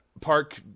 park